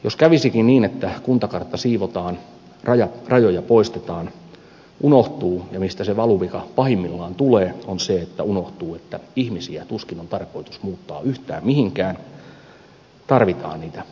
jos kävisikin niin että kuntakartta siivotaan rajoja poistetaan niin se mistä se valuvika pahimmillaan tulee on se että unohtuu että ihmisiä tuskin on tarkoitus muuttaa yhtään mihinkään tarvitaan niitä palveluja